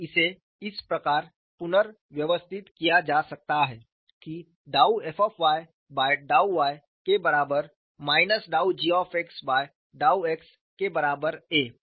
और इसे इस प्रकार पुनर्व्यवस्थित किया जा सकता है कि डाउ f बाय डाउ y के बराबर माइनस डाउ g बाय डाउ x के बराबर A